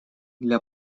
для